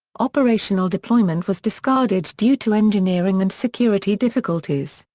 operational deployment was discarded due to engineering and security difficulties,